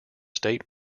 state